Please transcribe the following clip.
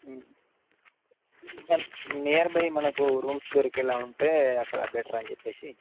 and nearby మనకు rooms దొరికే ఎలా ఉంటే అక్కడ బెటర్ అని చెప్పేసి